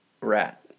rat